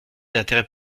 d’intérêt